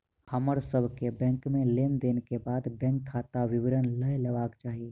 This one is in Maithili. हमर सभ के बैंक में लेन देन के बाद बैंक खाता विवरण लय लेबाक चाही